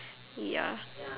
ya